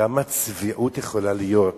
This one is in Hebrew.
כמה צביעות יכולה להיות?